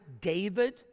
David